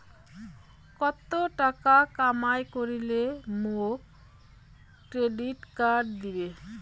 কত টাকা কামাই করিলে মোক ক্রেডিট কার্ড দিবে?